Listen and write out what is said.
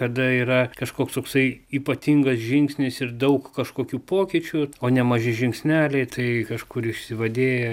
kada yra kažkoks toksai ypatingas žingsnis ir daug kažkokių pokyčių o ne maži žingsneliai tai kažkur išsivadėję